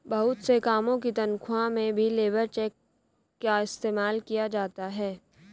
बहुत से कामों की तन्ख्वाह में भी लेबर चेक का इस्तेमाल किया जाता है